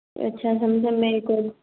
अच्छा सैमसंग में ही एक और